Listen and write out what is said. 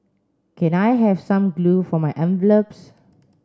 can I have some glue for my envelopes